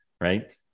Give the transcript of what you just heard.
right